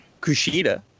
Kushida